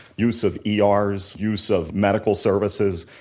use of ers, use of medical services,